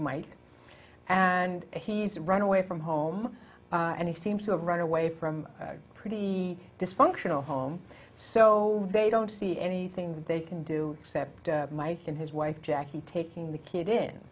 mike and he's run away from home and he seems to have run away from a pretty dysfunctional home so they don't see anything that they can do cept mike and his wife jackie taking the kid in